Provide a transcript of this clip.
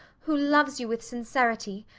who loves you with sincerity,